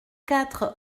quatre